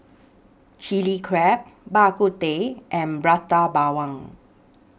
Chilli Crab Bak Kut Teh and Prata Bawang